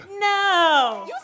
No